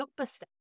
blockbuster